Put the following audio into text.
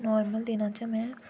normal दिनां च में